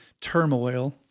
turmoil